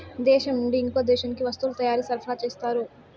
దేశం నుండి ఇంకో దేశానికి వస్తువుల తయారీ సరఫరా చేస్తారు